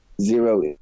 zero